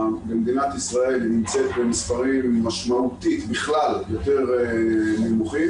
במדינת ישראל היא נמצאת במספרים משמעותית בכלל יותר נמוכים.